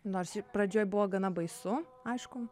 nors ju pradžioj buvo gana baisu aišku